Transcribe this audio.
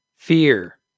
Fear